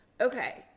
Okay